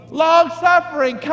long-suffering